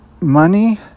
money